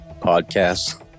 podcasts